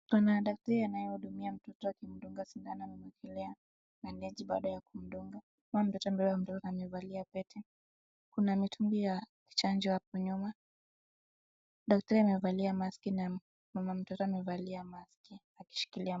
Kuna daktari anayehudumia mtoto akimdunga sindano. Amemwekelea bandegi baada ya kumdunga. Mama mtoto amembeba mtoto na amevalia pete. Kuna mitungi ya chanjo hapo nyuma. Daktari amevalia maski na mama mtoto amevalia maski akishikilia.